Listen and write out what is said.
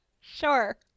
sure